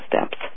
steps